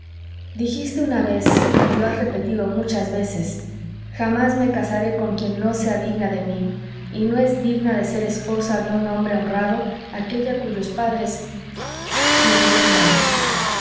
dijiste una vez y lo has repetido muchas veces jamás me casaré con quien no sea digna de mí y no es digna de ser esposa de un hombre honrado aquélla cuyos padres lo diré de una vez